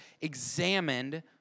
examined